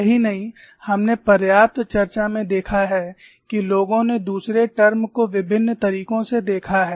यही नहीं हमने पर्याप्त चर्चा में देखा है कि लोगों ने दूसरे टर्म को विभिन्न तरीकों से देखा है